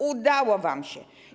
Udało wam się.